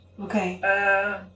Okay